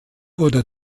wurde